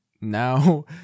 now